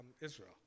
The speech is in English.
Israel